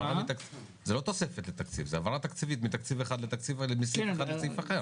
זו העברה תקציבית מסעיף אחד לסעיף אחר.